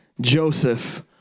Joseph